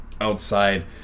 outside